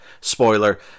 Spoiler